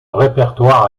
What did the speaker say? répertoire